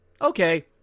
Okay